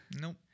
Nope